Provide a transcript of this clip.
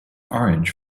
orange